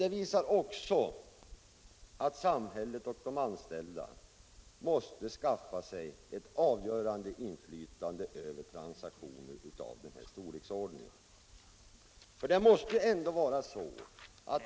De visar också att samhället och de anställda måste skaffa sig ett avgörande inflytande över transaktioner av denna storleksordning.